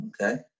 Okay